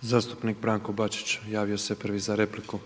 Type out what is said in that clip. (MOST)** Zastupnik Branko Bačić, javio se prvi za repliku.